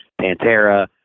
Pantera